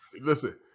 Listen